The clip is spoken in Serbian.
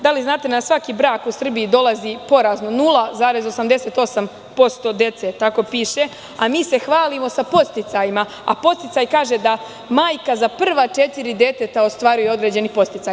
Da li znate na svaki brak u Srbiji dolazi porazno 0,88% dece, tako piše, a mi se hvalimo sa podsticajima, a podsticaj kaže da majka za prva četiri deteta ostvaruje određeni podsticaj.